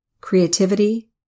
creativity